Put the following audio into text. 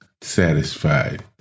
satisfied